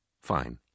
Fine